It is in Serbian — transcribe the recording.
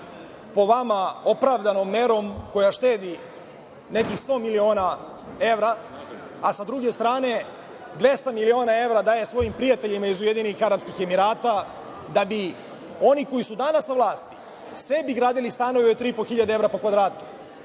po vama, opravdanom merom koja štedi nekih 100 miliona evra, a sa druge strane 200 miliona evra daje svojim prijateljima iz Ujedinjenih Arapskih Emirata da bi oni koji su danas na vlasti sebi gradili stanove od 3.500 evra po kvadratu. Zbog